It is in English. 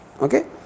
Okay